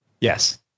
Yes